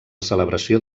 celebració